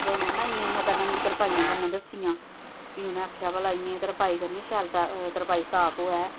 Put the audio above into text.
भरजाई ने आखना इ'यां इ'यां पैह्ले तरपाइयां करना दस्सियां फ्ही उ'नें आखेआ भलां में तरपाई करनी शैल कर तरपाई साफ होऐ